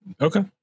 Okay